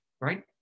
right